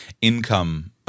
income –